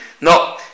No